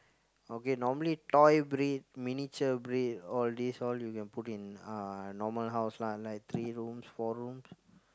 okay normally toy breed miniature breed all these all you can put in uh normal house lah like three rooms four rooms